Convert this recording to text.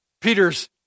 Peter's